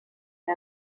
den